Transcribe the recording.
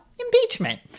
impeachment